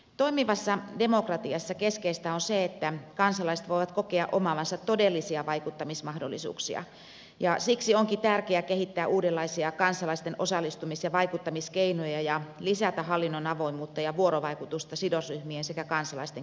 toimivassa demokratiassa keskeistä on se että kansalaiset voivat kokea omaavansa todellisia vaikuttamismahdollisuuksia ja siksi onkin tärkeä kehittää uudenlaisia kansalaisten osallistumis ja vaikuttamiskeinoja ja lisätä hallinnon avoimuutta ja vuorovaikutusta sidosryhmien sekä kansalaisten kesken